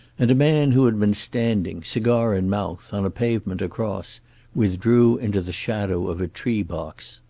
and a man who had been standing, cigar in mouth, on a pavement across withdrew into the shadow of a tree box.